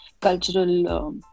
cultural